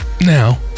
Now